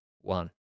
One